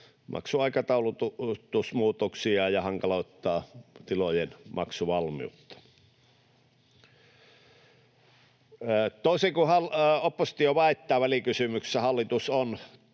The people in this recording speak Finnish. maksuaikataulutusmuutoksia ja hankaloittaa tilojen maksuvalmiutta. Toisin kuin oppositio väittää välikysymyksessä, hallitus on